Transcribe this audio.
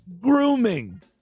grooming